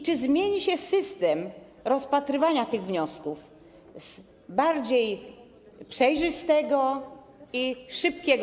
Czy zmieni się system rozpatrywania tych wniosków na bardziej przejrzysty i szybki?